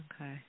Okay